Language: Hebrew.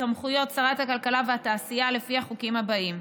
סמכויות שרת הכלכלה והתעשייה לפי החוקים הבאים: